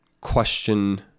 question